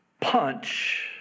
punch